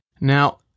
Now